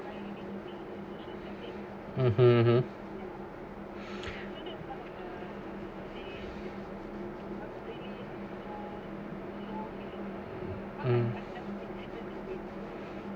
(uh huh) um